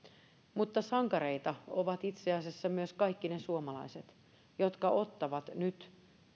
mutta sankareita ovat itse asiassa myös kaikki ne suomalaiset jotka ottavat nyt